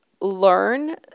learn